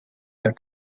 that